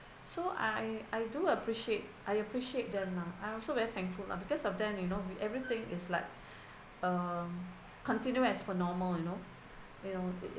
so I I do appreciate I appreciate them lah I also very thankful lah because of them you know we everything is like uh continue as per normal you know ya